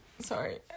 Sorry